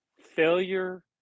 failure